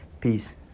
Peace